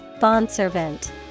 Bondservant